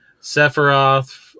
Sephiroth